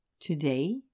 Today